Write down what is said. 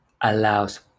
allows